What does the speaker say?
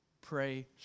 Pray